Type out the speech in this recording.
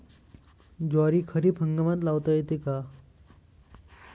ज्वारी खरीप हंगामात लावता येते का?